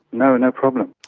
no no problem.